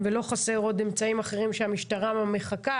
ולא חסר עוד אמצעים אחרים שהמשטרה מחכה